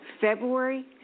February